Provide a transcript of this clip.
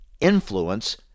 influence